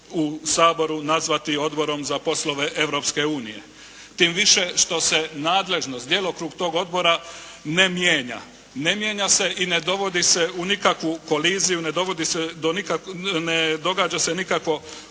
u Saboru nazvati Odborom za poslove Europske unije. Tim više što se nadležnost, djelokrug tog odbora ne mijenja. Ne mijenja se i ne dovodi se u nikakvu koliziju, ne događa se nikakvo